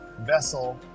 vessel